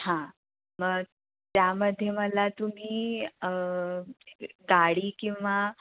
हां मग त्यामध्ये मला तुम्ही गाडी किंवा